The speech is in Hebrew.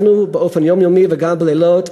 אנחנו באופן יומיומי, וגם בלילות,